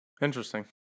Interesting